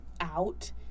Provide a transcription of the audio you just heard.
out